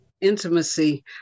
intimacy